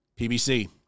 PBC